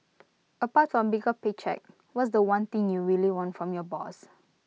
apart from A bigger pay cheque what's The One thing you really want from your boss